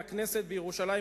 מהכנסת בירושלים,